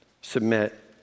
Submit